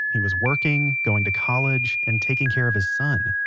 he was working, going to college, and taking care of his son.